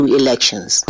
elections